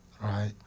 right